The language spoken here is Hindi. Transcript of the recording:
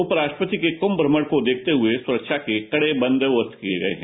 उप राष्ट्रपति के कुंभ भ्रमण को देखते हुए सुरक्षा के कड़े प्रबंध किए गए है